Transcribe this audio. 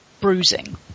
bruising